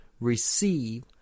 receive